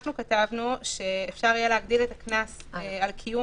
אנחנו כתבנו שאפשר יהיה להגדיל את הקנס על קיום